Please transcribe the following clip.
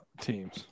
teams